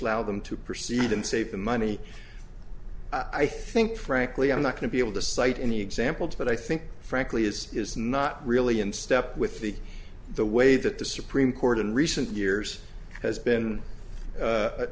loud them to proceed and save the money i think frankly i'm not going to be able to cite any examples but i think frankly is is not really in step with the the way that the supreme court in recent years has been